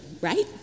right